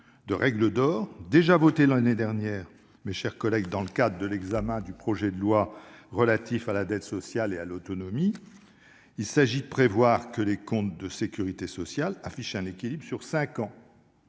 ce dispositif, déjà adopté l'année dernière, mes chers collègues, dans le cadre de l'examen du projet de loi relatif à la dette sociale et à l'autonomie. Il s'agit de prévoir que les comptes de la sécurité sociale affichent un équilibre sur cinq ans,